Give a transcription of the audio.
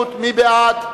מי בעד?